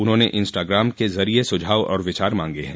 उन्होंने इंस्टाग्राम के जरिये सुझाव और विचार मांगे हैं